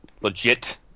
legit